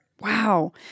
Wow